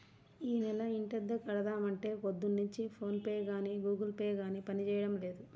యీ నెల ఇంటద్దె కడదాం అంటే పొద్దున్నుంచి ఫోన్ పే గానీ గుగుల్ పే గానీ పనిజేయడం లేదు